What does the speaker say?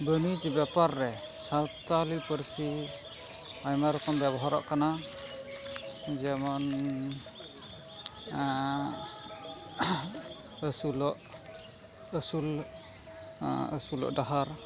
ᱵᱟᱹᱱᱤᱡᱽ ᱵᱮᱯᱟᱨ ᱨᱮ ᱥᱟᱶᱛᱟᱞᱤ ᱯᱟᱹᱨᱥᱤ ᱟᱭᱢᱟ ᱨᱚᱠᱚᱢ ᱵᱮᱵᱚᱦᱟᱨᱚᱜ ᱠᱟᱱᱟ ᱡᱮᱢᱚᱱ ᱟᱹᱥᱩᱞᱚᱜ ᱟᱹᱥᱩᱞ ᱟᱹᱥᱩᱞᱚᱜ ᱰᱟᱦᱟᱨ